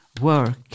work